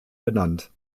benannt